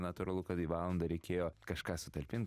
natūralu kad į valandą reikėjo kažką sutalpint